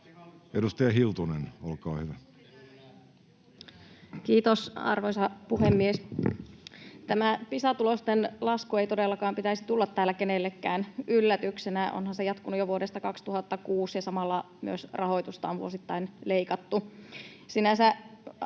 16:17 Content: Kiitos, arvoisa puhemies! Tämän Pisa-tulosten laskun ei todellakaan pitäisi tulla täällä kenellekään yllätyksenä — onhan se jatkunut jo vuodesta 2006 ja samalla myös rahoitusta on vuosittain leikattu.